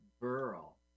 Burl